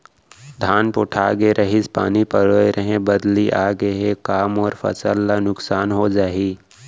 धान पोठागे रहीस, पानी पलोय रहेंव, बदली आप गे हे, का मोर फसल ल नुकसान हो जाही?